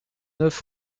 neuf